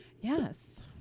Yes